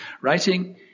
Writing